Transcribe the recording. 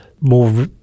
more